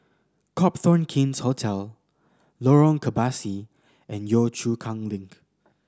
Copthorne King's Hotel Lorong Kebasi and Yio Chu Kang Link